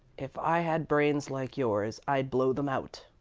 if i had brains like yours, i'd blow them out.